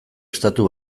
estatu